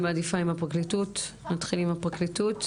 אני לא צריכה לבקש ממך כמה פעמים להיות בשקט.